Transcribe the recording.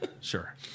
Sure